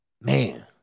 man